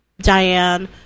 diane